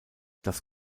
das